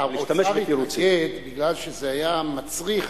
להשתמש בתירוצים, האוצר התנגד בגלל שזה היה מצריך